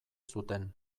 zuten